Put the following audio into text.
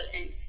end